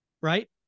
Right